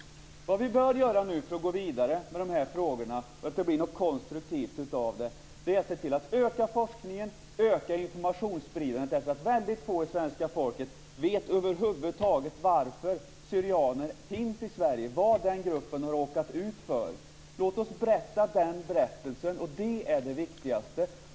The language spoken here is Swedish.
Vad vi nu bör göra för att gå vidare med de här frågorna, så att det blir något konstruktivt av det, är att se till att öka forskningen och öka informationsspridandet. Väldigt få i det svenska folket vet över huvud taget varför syrianer finns i Sverige och vad den gruppen har råkat ut för. Låt oss berätta det! Det är det viktigaste.